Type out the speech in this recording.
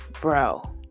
bro